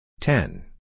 Ten